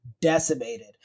decimated